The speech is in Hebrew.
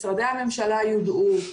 משרדי הממשלה יודעו.